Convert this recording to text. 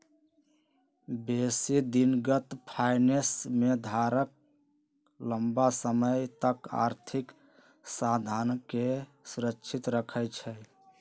बेशी दिनगत फाइनेंस में धारक लम्मा समय तक आर्थिक साधनके सुरक्षित रखइ छइ